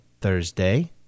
Thursday